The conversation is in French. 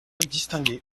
distingué